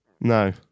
No